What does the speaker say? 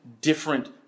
different